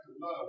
love